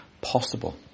possible